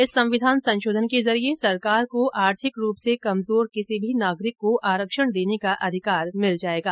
इस संविधान संशोधन के जरिये सरकार को आर्थिक रूप से कमजोर किसी भी नागरिक को आरक्षण देने का अधिकार मिल जायेगा